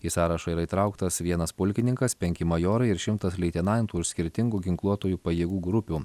į sąrašą yra įtrauktas vienas pulkininkas penki majorai ir šimtas leitenantų ir skirtingų ginkluotųjų pajėgų grupių